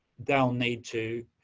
they'll need to,